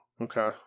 Okay